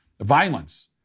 violence